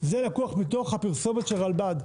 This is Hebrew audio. זה לקוח מתוך הפרסומת של רלב"ד,